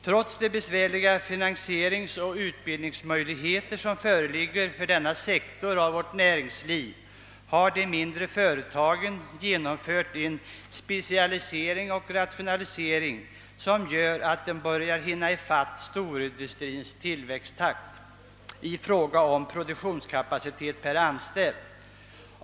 Trots de besvärliga finansieringsoch utbildningsmöjligheter som föreligger för denna sektor av vårt näringsliv har de mindre företagen genomfört en specialisering och rationalisering som medfört att de börjar hinna ifatt storindustrin i tillväxttakt beträffande produktionskapacitet per anställd.